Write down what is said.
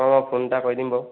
অঁ ফোন এটা কৰি দিম বাৰু